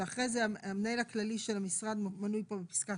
ואחרי זה המנהל הכללי של המשרד מנוי פה בפסקה